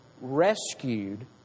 rescued